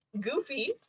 Goofy